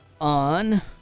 On